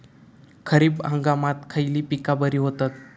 खरीप हंगामात खयली पीका बरी होतत?